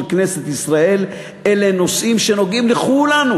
כנסת ישראל אלה נושאים שנוגעים לכולנו,